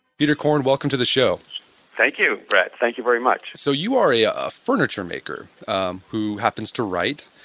peter korn, welcome to the show thank you brett. thank you very much so you are a ah ah furniture maker um who happens to write,